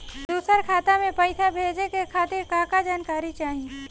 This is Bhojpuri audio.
दूसर खाता में पईसा भेजे के खातिर का का जानकारी चाहि?